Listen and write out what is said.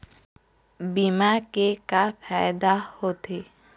बीमा के का फायदा होते?